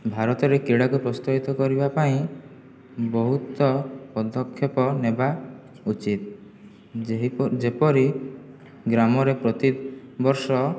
ଭାରତରେ କ୍ରୀଡ଼ାକୁ ପ୍ରୋତ୍ସାହିତ କରିବା ପାଇଁ ବହୁତ ପଦକ୍ଷେପ ନେବା ଉଚିତ୍ ଯେପରି ଗ୍ରାମରେ ପ୍ରତି ବର୍ଷ